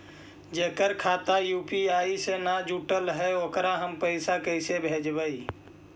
जेकर खाता यु.पी.आई से न जुटल हइ ओकरा हम पैसा कैसे भेजबइ?